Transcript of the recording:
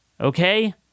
Okay